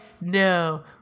no